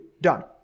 Done